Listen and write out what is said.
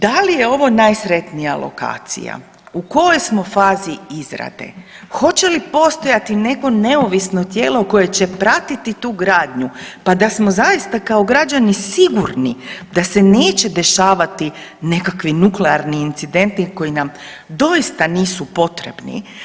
Da li je ovo najsretnija lokacija, u kojoj smo fazi izradi, hoće li postojati neko neovisno tijelo koje će pratiti tu gradnju, pa da smo zaista kao građani sigurni da se neće dešavati nekakvi nuklearni incidenti koji nam doista nisu potrebni.